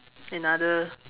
another